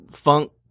funk